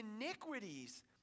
iniquities